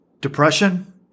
depression